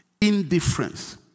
Indifference